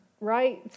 right